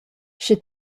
sche